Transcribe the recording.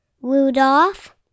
Rudolph